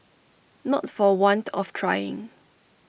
not for want of trying